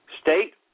State